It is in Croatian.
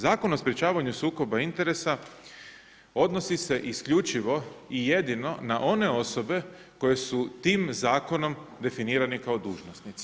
Zakon o sprječavanju sukoba interesa odnosi se isključivo i jedino na one osobe koje su tim zakonom definirane kao dužnosnici.